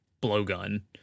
blowgun